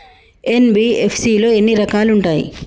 NBFC లో ఎన్ని రకాలు ఉంటాయి?